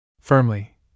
Firmly